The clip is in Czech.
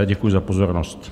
Děkuji za pozornost.